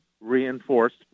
reinforced